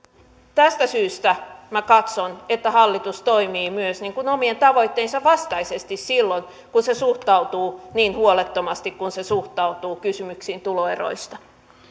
tästä syystä minä katson että hallitus toimii myös omien tavoitteittensa vastaisesti silloin kun se suhtautuu niin huolettomasti kuin se suhtautuu kysymyksiin tuloeroista